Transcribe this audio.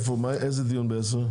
עד אז הם יסיימו את הניסוחים.